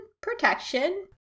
protection